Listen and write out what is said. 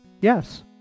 Yes